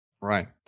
Right